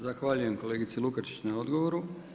Zahvaljujem kolegici Lukačić na odgovoru.